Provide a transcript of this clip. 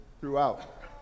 throughout